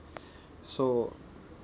so